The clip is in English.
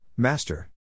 Master